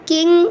King